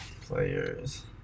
Players